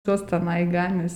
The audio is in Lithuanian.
jos tenai ganės